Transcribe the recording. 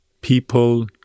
people